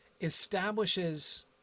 establishes